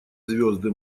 звезды